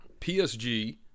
PSG